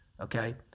Okay